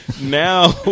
now